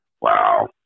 wow